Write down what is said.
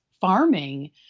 farming